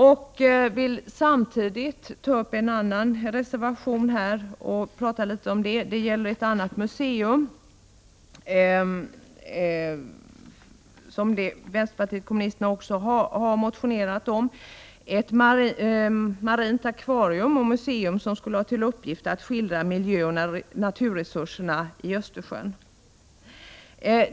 Jag vill också ta upp reservation 2 som gäller ett annat musuem som vpk har motionerat om, nämligen ett marint akvarium och museum som skulle ha till uppgift att skildra miljönaturresurserna i Östersjön.